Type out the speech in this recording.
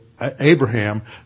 Abraham